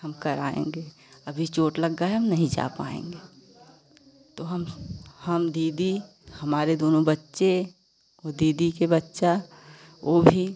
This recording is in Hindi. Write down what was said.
हम कर आएंगे अभी चोट लग गया हम नहीं जा पाएंगे तो हम हम दीदी हमारे दोनों बच्चे और दीदी के बच्चा ओ भी